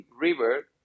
River